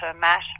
Matt